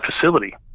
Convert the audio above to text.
facility